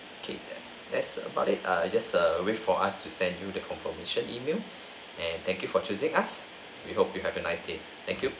okay then that's about it err just err wait for us to send you the confirmation email and thank you for choosing us we hope you have a nice day thank you